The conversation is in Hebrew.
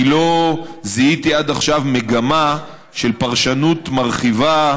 אני לא זיהיתי עד עכשיו מגמה של פרשנות מרחיבה,